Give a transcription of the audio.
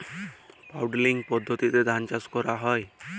Puddling পদ্ধতিতে ধান চাষ কখন করা হয়?